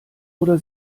oder